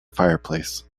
fireplace